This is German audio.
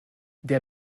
der